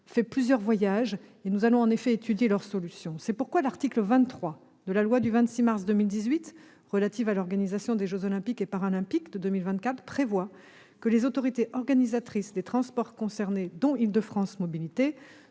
après plusieurs autres déplacements, pour étudier les solutions trouvées. C'est pourquoi l'article 23 de la loi du 26 mars 2018 relative à l'organisation des jeux Olympiques et Paralympiques de 2024 prévoit que les autorités organisatrices des transports concernées, dont Île-de-France Mobilités,